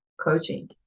coaching